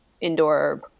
indoor